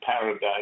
paradise